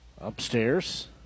upstairs